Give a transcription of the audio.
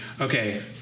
Okay